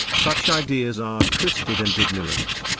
such ideas are twisted and ignorant.